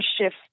shift